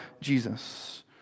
Jesus